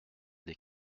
des